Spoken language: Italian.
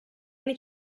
anni